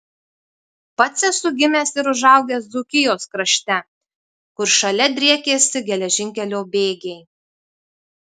pats esu gimęs ir užaugęs dzūkijos krašte kur šalia driekėsi geležinkelio bėgiai